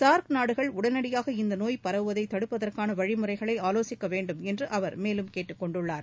SAARC நாடுகள் உடனடியாக இந்த நோய் பரவுவதை தடுப்பதற்கான வழிமுறைகளை ஆலோசிக்க வேண்டும் என்று அவர் மேலும் கேட்டுக் கொண்டுள்ளார்